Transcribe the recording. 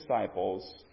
disciples